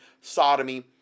sodomy